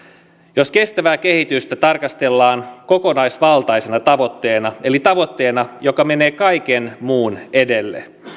jos kestävää kehitystä tarkastellaan kokonaisvaltaisena tavoitteena eli tavoitteena joka menee kaiken muun edelle